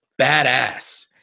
badass